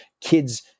kids